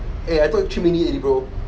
eh I thought three minutes already leh bro